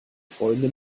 freunde